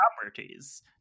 properties